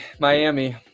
miami